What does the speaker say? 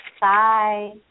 Bye